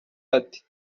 ati